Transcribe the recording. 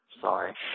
Sorry